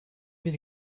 bir